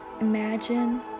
imagine